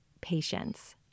patience